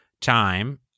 time